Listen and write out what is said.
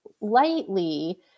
lightly